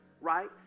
Right